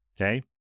Okay